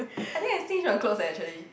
I think I stinge on clothes eh actually